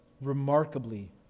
remarkably